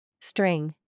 String